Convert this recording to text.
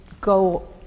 go